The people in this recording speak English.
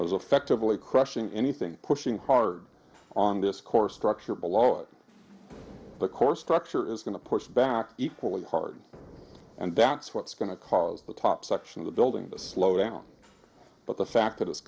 was affectively crushing anything pushing hard on this core structure below the core structure is going to push back equally hard and that's what's going to cause the top section of the building to slow down but the fact that it's